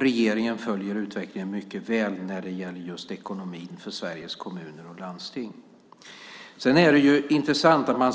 Regeringen följer utvecklingen mycket väl när det gäller just ekonomin för Sveriges kommuner och landsting. Det är intressant att man